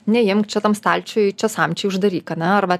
neimk čia tam stalčiui čia samčiai uždaryk ane arba